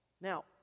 now